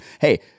Hey